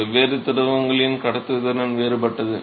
வெவ்வேறு திரவங்களின் கடத்துத்திறன் வேறுபட்டது